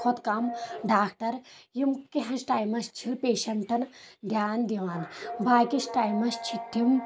کھۄتہٕ کم ڈاکٹر یِم کینٛہس ٹایمس چھِ پیشنٹن دیان دِوان باقی یس ٹایمس چھِ تِم